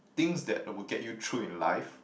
things that would get you through in life